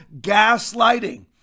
gaslighting